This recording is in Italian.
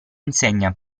insegna